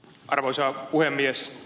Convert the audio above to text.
arvoisa puhemies